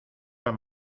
han